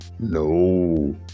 no